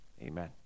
Amen